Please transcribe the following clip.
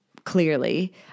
Clearly